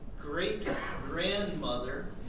great-grandmother